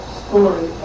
story